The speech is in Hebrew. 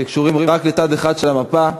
שקשורים רק לצד אחד של המפה.